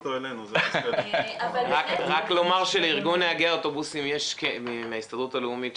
רק לומר שלארגון נהגי האוטובוסים מההסתדרות הלאומית,